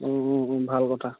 অঁ অঁ অঁ ভাল কথা